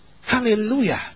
Hallelujah